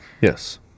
Yes